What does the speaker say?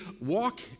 walk